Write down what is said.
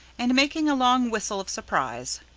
and making a long whistle of surprise.